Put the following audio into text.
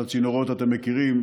את הצינורות אתם מכירים,